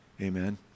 Amen